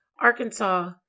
Arkansas